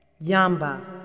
Yamba